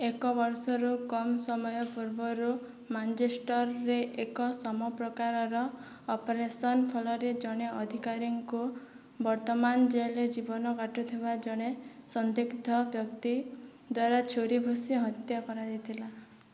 ଏକ ବର୍ଷରୁ କମ୍ ସମୟ ପୂର୍ବରୁ ମାଞ୍ଚେଷ୍ଟର୍ରେ ଏକ ସମ ପ୍ରକାରର ଅପରେସନ୍ ଫଳରେ ଜଣେ ଅଧିକାରୀଙ୍କୁ ବର୍ତ୍ତମାନ ଜେଲ୍ରେ ଜୀବନ କାଟୁଥିବା ଜଣେ ସନ୍ଦିଗ୍ଧ ବ୍ୟକ୍ତି ଦ୍ୱାରା ଛୁରୀ ଭୁସି ହତ୍ୟା କରାଯାଇଥିଲା